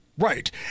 Right